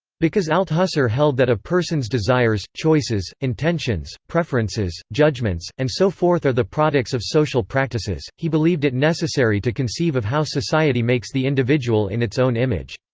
because althusser held that a person's desires, choices, intentions, preferences, judgements, and so forth are the products of social practices, he believed it necessary to conceive of how society makes the individual in its own image.